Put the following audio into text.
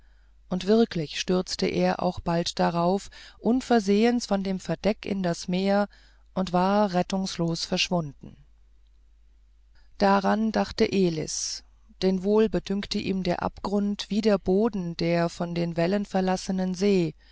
und wirklich stürzte er auch bald darauf unversehens von dem verdeck in das meer und war rettungslos verschwunden daran dachte elis denn wohl bedünkte ihm der abgrund wie der boden der von den wellen verlassenen see